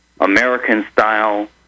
American-style